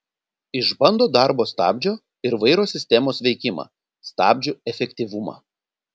išbando darbo stabdžio ir vairo sistemos veikimą stabdžių efektyvumą